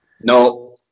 no